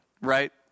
right